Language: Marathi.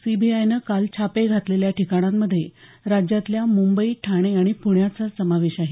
सीबीआयनं काल छापे घातलेल्या ठिकाणांमध्ये राज्यातल्या मुंबई ठाणे आणि पुण्याचा समावेश आहे